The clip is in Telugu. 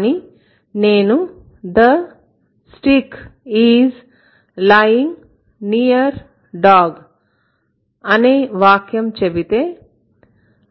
కానీ నేను the stick is lying near dog అనే వాక్యం చెబితే